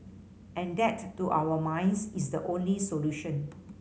and that to our minds is the only solution